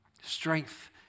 Strength